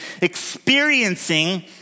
experiencing